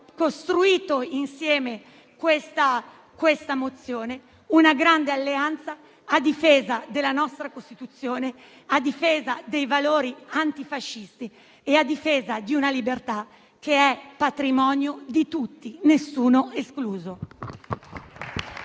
costruito insieme questa mozione; una grande alleanza a difesa della nostra Costituzione, a difesa dei valori antifascisti e a difesa di una libertà che è patrimonio di tutti, nessuno escluso.